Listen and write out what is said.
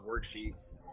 worksheets